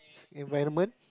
environment